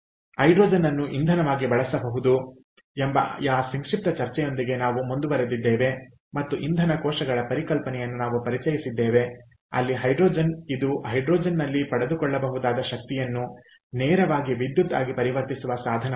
ಆದ್ದರಿಂದ ಹೈಡ್ರೋಜನ್ ಅನ್ನು ಇಂಧನವಾಗಿ ಬಳಸಬಹುದು ಎಂಬ ಆ ಸಂಕ್ಷಿಪ್ತ ಚರ್ಚೆಯೊಂದಿಗೆ ನಾವು ಮುಂದುವರೆದಿದ್ದೇವೆ ಮತ್ತು ಇಂಧನ ಕೋಶಗಳ ಪರಿಕಲ್ಪನೆಯನ್ನು ನಾವು ಪರಿಚಯಿಸಿದ್ದೇವೆ ಅಲ್ಲಿ ಹೈಡ್ರೋಜನ್ ಇದು ಹೈಡ್ರೋಜನ್ನಲ್ಲಿ ಪಡೆದುಕೊಳ್ಳಬಹುದಾದ ಶಕ್ತಿಯನ್ನು ನೇರವಾಗಿ ವಿದ್ಯುತ್ ಆಗಿ ಪರಿವರ್ತಿಸುವ ಸಾಧನವಾಗಿದೆ